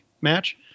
match